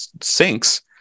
sinks